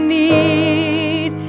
need